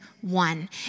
one